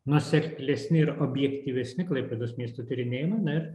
nuoseklesni ir objektyvesni klaipėdos miesto tyrinėjimai na ir